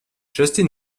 justin